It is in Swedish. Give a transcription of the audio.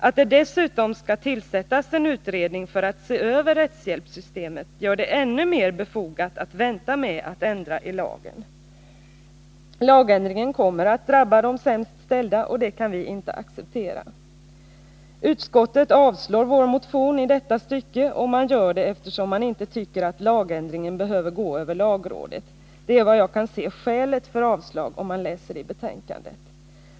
Att det skall tillsättas en utredning för att se över rättshjälpssystemet gör det ännu mer befogat att vänta med att ändra i lagen. Lagändringen kommer att drabba de sämst ställda, och det kan vi inte acceptera. Utskottet avstyrker vår motion i detta stycke, och man gör det eftersom man inte tycker att lagändringen behöver gå över lagrådet — det är, som jag tolkar betänkandet, skälet till avstyrkandet.